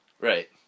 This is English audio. Right